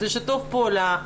זה שיתוף פעולה.